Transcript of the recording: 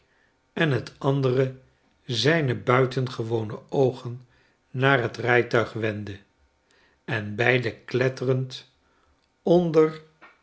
en het andere zijne buitengewone oogen naar het rijtuig wendde en beide kletterend onder